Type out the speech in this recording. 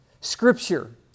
Scripture